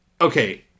Okay